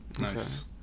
Nice